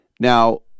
Now